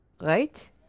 right